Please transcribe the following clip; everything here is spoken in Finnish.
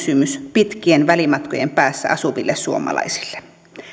pitkien välimatkojen päässä asuville suomalaisille